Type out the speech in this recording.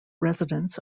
residents